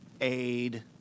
aid